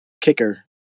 kicker